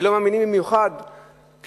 ולא מאמינים בכל המחקרים האלה,